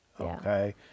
Okay